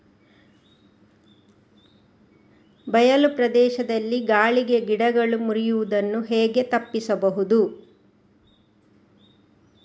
ಬಯಲು ಪ್ರದೇಶದಲ್ಲಿ ಗಾಳಿಗೆ ಗಿಡಗಳು ಮುರಿಯುದನ್ನು ಹೇಗೆ ತಪ್ಪಿಸಬಹುದು?